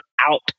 out